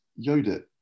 Yodit